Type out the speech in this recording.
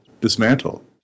dismantle